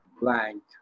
blank